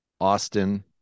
Austin